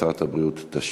הבריאות.